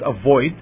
avoid